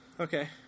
Okay